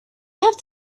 have